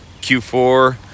Q4